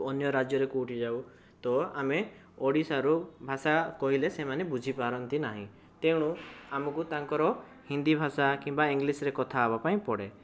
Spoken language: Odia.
ଅନ୍ୟ ରାଜ୍ୟରେ କେଉଁଠି ଯାଉ ତ ଆମେ ଓଡ଼ିଶାରୁ ଭାଷା କହିଲେ ସେମାନେ ବୁଝିପାରନ୍ତି ନାହିଁ ତେଣୁ ଆମକୁ ତାଙ୍କର ହିନ୍ଦୀ ଭାଷା କିମ୍ବା ଇଂଲିଶରେ କଥାହେବା ପାଇଁ ପଡ଼େ